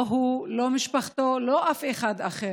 לא הוא, לא משפחתו, לא אף אחד אחר.